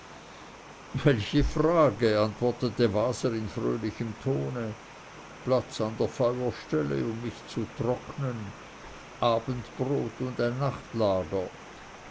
welche frage antwortete waser in fröhlichem tone platz an der feuerstelle um mich zu trocknen abendbrot und nachtlager